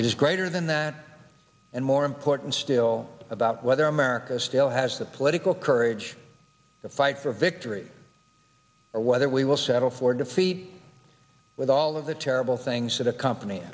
is greater than that and more important still about whether america still has the political courage to fight for victory or whether we will settle for defeat with all of the terrible things that accompany